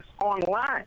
online